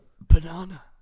banana